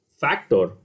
factor